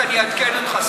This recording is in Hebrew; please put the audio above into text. אני אעדכן אותך,